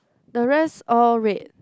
the rest all red